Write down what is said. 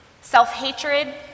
self-hatred